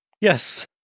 Yes